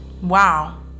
Wow